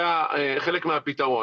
זה חלק מהפתרון,